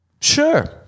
Sure